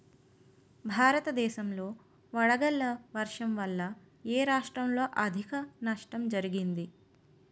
భారతదేశం లో వడగళ్ల వర్షం వల్ల ఎ రాష్ట్రంలో అధిక నష్టం జరిగింది?